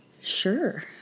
Sure